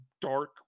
dark